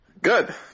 good